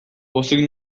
pozik